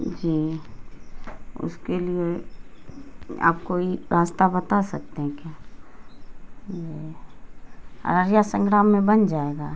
جی اس کے لیے آپ کوئی راستہ بتا سکتے ہیں کہ ارریا سنگرام میں بن جائے گا